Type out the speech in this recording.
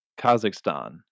Kazakhstan